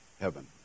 heaven